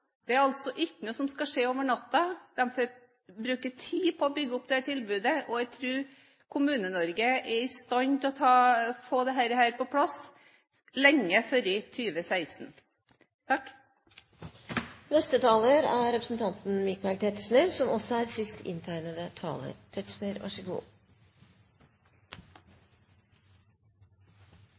Det er altså ikke noe som skal skje over natten, de får bruke tid på å bygge opp dette tilbudet, og jeg tror Kommune-Norge er i stand til å få dette på plass lenge før 2016. Det var til statsråd Navarsetes formaning om at vi ikke måtte svartmale. Det er i og for seg en god huskeregel, det, og mye er